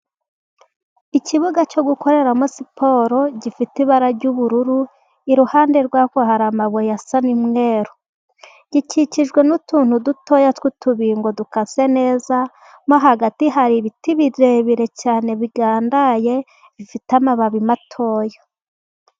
Ikibuga cyo gukoreramo siporo gifite ibara ry'ubururu, iruhande rwacyo hari amabuye asa n'umweru, gikikijwe n'utuntu dutoya tw'utubingo dukase neza, no hagati hari ibiti birebire cyane, bigandaye, bifite amababi matoya.